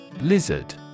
Lizard